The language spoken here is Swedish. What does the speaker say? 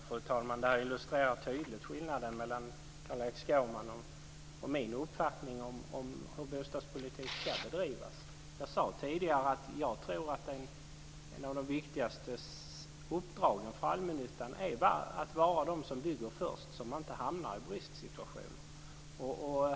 Fru talman! Det här illustrerar tydligt skillnaden mellan Carl-Erik Skårmans och min uppfattning om hur bostadspolitik ska drivas. Jag sade tidigare att jag tror att en av de viktigaste uppdragen för allmännyttan är att vara de som bygger först så att man inte hamnar i bristsituationer.